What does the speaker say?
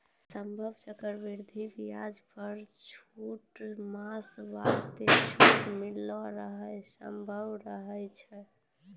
सभ्भे चक्रवृद्धि व्याज पर छौ मास वास्ते छूट मिलै रो सम्भावना रहै छै